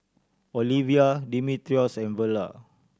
Olevia Dimitrios and Verla